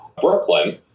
Brooklyn